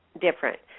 different